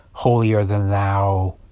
holier-than-thou